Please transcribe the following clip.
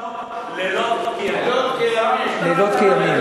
לילות כימים.